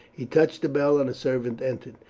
he touched a bell and a servant entered.